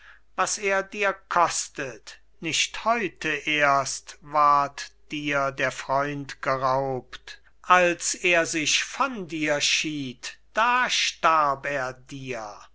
was er dir kostet nicht heute erst ward dir der freund geraubt als er sich von dir schied da starb er dir